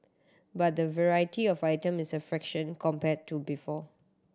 but the variety of items is a fraction compared to before